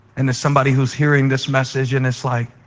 and there's somebody who's hearing this message, and it's like,